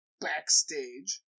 backstage